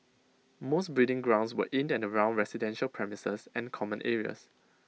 most breeding grounds were in and around residential premises and common areas